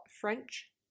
French